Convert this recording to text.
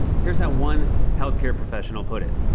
here's how one health care professional put it.